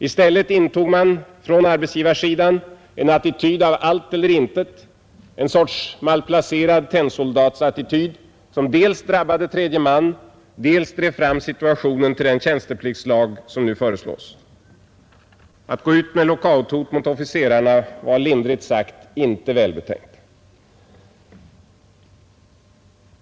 I stället intog man på arbetsgivarsidan en attityd av allt eller intet, en sorts malplacerad tennsoldatsattityd, som dels drabbade tredje man, dels drev fram situationen till den tjänstepliktslag som nu föreslås. Att gå ut med lockouthot mot officerarna var lindrigt sagt inte välbetänkt.